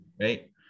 Right